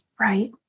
Right